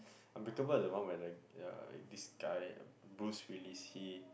unbreakable is the one where the uh this guy uh Bruce-Willis he